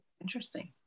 Interesting